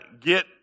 get